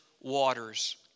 waters